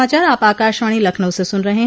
यह समाचार आप आकाशवाणी लखनऊ से सून रहे हैं